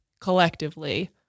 collectively